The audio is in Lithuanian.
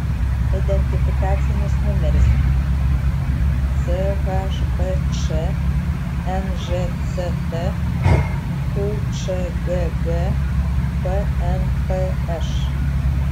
identifikacinis numeris chbč nžct qčgg fnpš